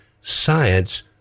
science